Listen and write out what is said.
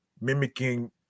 mimicking